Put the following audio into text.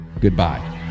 goodbye